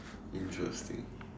interesting